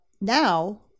now